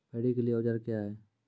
Paddy के लिए औजार क्या हैं?